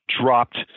dropped